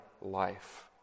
life